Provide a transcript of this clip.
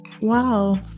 Wow